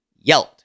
yelled